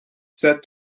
said